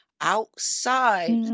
outside-